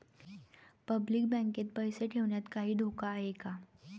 Public बँकेत पैसे ठेवण्यात काही धोका आहे का?